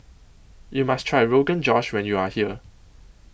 YOU must Try Rogan Josh when YOU Are here